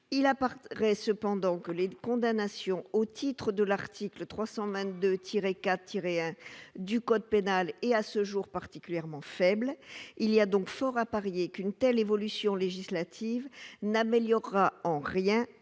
Il apparaît toutefois que les condamnations au titre de l'article 322-4-1 du code pénal sont à ce jour particulièrement peu nombreuses. Il y a donc fort à parier qu'une telle évolution législative n'améliorerait en rien